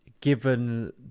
given